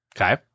Okay